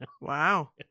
Wow